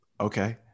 Okay